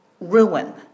ruin